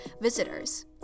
visitors